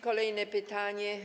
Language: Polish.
Kolejne pytanie.